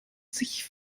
sich